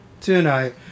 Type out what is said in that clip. tonight